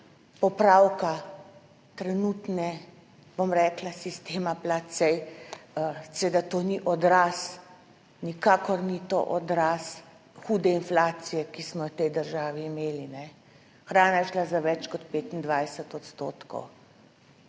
popravka, trenutnega, bom rekla, sistema plač, saj seveda to ni odraz, nikakor ni to odraz hude inflacije, ki smo jo v tej državi imeli. Hrana se je podražila za več kot 25 odstotkov.